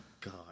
God